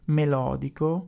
melodico